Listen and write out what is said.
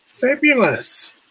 Fabulous